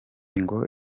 ngo